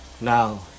now